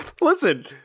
listen